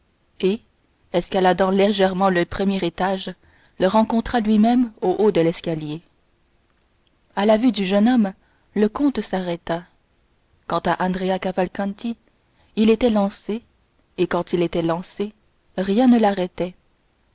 et escaladant légèrement le premier étage le rencontra lui-même au haut de l'escalier à la vue du jeune homme le comte s'arrêta quant à andrea cavalcanti il était lancé et quand il était lancé rien ne l'arrêtait